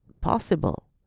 possible